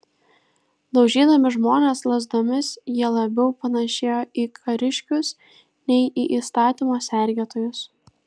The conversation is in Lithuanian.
daužydami žmones lazdomis jie labiau panėšėjo į kariškius nei į įstatymo sergėtojus